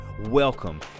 welcome